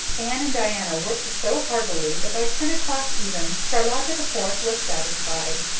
anne and diana worked so heartily that by ten o'clock even charlotta the fourth was satisfied.